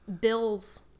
Bill's